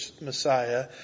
Messiah